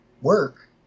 work